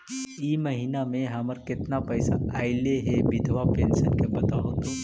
इ महिना मे हमर केतना पैसा ऐले हे बिधबा पेंसन के बताहु तो?